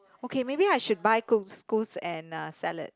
okay maybe I should buy couscous and uh salad